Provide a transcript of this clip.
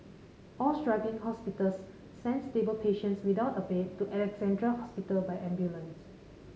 all struggling hospitals sent stable patients without a bed to Alexandra Hospital by ambulance